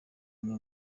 umwe